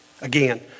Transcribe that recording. again